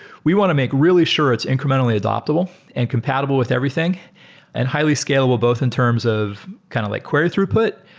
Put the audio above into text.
we want to make really sure it's incrementally adoptable and compatible with everything and highly scalable both in terms of kind of like query throughput,